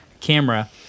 camera